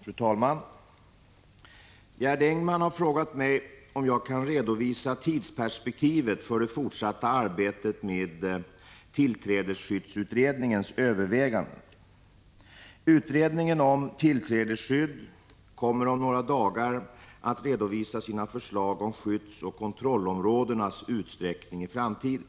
Fru talman! Gerd Engman har frågat mig om jag kan redovisa tidsperspektivet för det fortsatta arbetet med tillträdesskyddsutredningens överväganden. Utredningen om tillträdesskydd kommer om några dagar att redovisa sina förslag om skyddsoch kontrollområdenas utsträckning i framtiden.